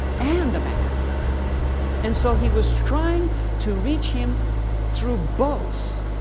and a man and so he was trying to reach him through both.